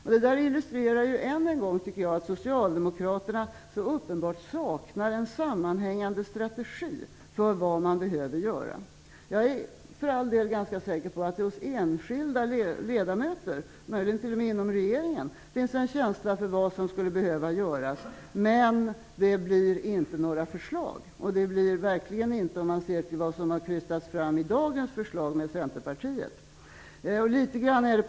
Jag tycker att detta än en gång illustrerar att Socialdemokraterna så uppenbart saknar en sammanhängande strategi för vad man behöver göra. Jag är för all del ganska säker på att det hos enskilda ledamöter, möjligen t.o.m. inom regeringen, finns en känsla för vad som skulle behöva göras. Men det blir inte några förslag, i synnerhet inte om man ser till vad som har krystats fram i dagens förslag tillsammans med Centerpartiet.